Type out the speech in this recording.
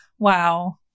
Wow